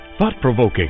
thought-provoking